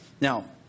Now